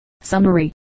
Summary